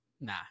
Nah